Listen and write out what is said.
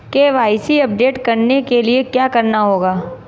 KYC update करने के लिए क्या करना होगा?